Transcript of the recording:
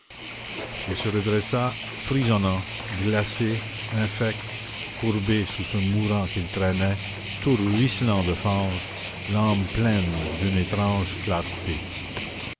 il se redressa frissonnant glacé infect courbé sous ce mourant qu'il traînait tout ruisselant de fange l'âme pleine d'une étrange clarté